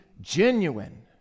genuine